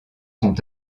sont